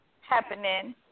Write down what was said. Happening